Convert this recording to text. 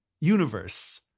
Universe